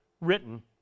written